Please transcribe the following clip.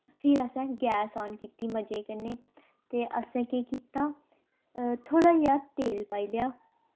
फ्ही असें gas on कीती मज़े कन्नै ते असें केह् कीता थोह्ड़ा जेहा तेल पाई लेआ